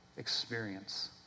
experience